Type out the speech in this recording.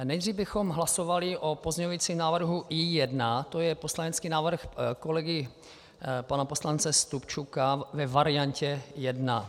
Nejdřív bychom hlasovali o pozměňovacím návrhu I1, to je poslanecký návrh kolegy pana poslance Stupčuka ve variantě 1.